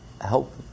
help